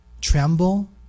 Tremble